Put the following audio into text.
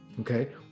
Okay